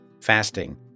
fasting